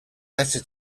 better